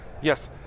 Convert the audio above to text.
Yes